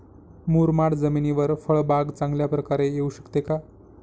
मुरमाड जमिनीवर फळबाग चांगल्या प्रकारे येऊ शकते का?